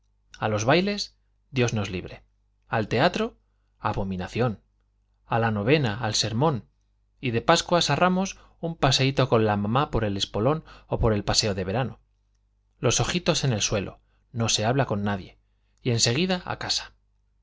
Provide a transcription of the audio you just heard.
a los bailes dios nos libre al teatro abominación a la novena al sermón y de pascuas a ramos un paseíto con la mamá por el espolón o el paseo de verano los ojitos en el suelo no se habla con nadie y en seguida a casa